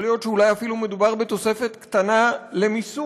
יכול להיות שאולי אפילו מדובר בתוספת קטנה למיסוי.